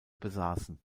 besaßen